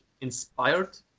inspired